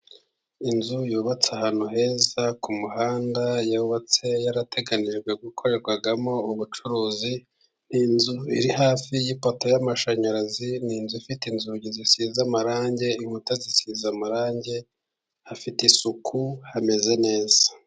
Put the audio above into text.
Inzu yubatse ahantu heza ku muhanda, yubatse yarateganijwe gukorerwamo ubucuruzizu, ni inzu iri hafi y'ipoto y'amashanyarazi, ni inzu ifite inzugi zisize amarangi, inkuta zisize amarangi, afite isuku hameze neza.